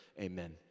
Amen